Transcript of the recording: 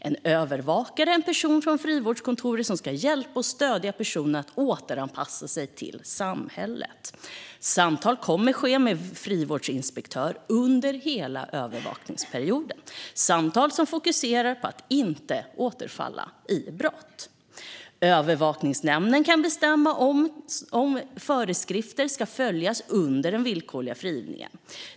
En övervakare är en person från frivårdskontoret som ska stödja personen och hjälpa personen att återanpassa sig till samhället. Samtal kommer att ske med frivårdsinspektör under hela övervakningsperioden. Det är samtal som fokuserar på att personen inte ska återfalla i brott. Övervakningsnämnden kan bestämma om föreskrifter ska följas under den villkorliga frigivningen.